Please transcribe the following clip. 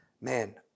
man